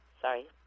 Sorry